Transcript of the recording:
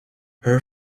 her